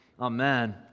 Amen